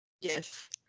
Yes